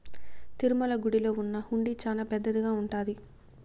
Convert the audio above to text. తిరుమల గుడిలో ఉన్న హుండీ చానా పెద్దదిగా ఉంటాది